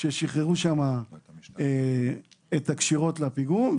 ששחררו שם את הקשירות לפיגום,